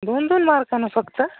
दोन दोन मार्कने फक्त